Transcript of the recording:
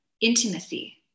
intimacy